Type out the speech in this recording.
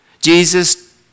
Jesus